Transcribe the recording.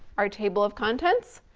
our table of contents.